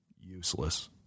Useless